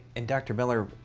and dr. miller,